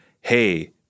hey –